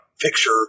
picture